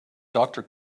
doctor